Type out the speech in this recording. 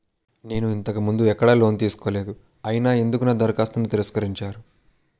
నేను ఇంతకు ముందు ఎక్కడ లోన్ తీసుకోలేదు అయినా ఎందుకు నా దరఖాస్తును తిరస్కరించారు?